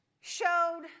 showed